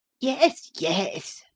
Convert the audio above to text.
yes, yes!